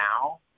now